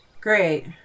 Great